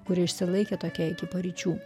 kuri išsilaikė tokia iki paryčių